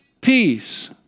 peace